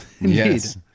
Yes